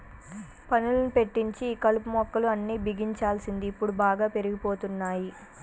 పనులను పెట్టించి ఈ కలుపు మొక్కలు అన్ని బిగించాల్సింది ఇప్పుడు బాగా పెరిగిపోతున్నాయి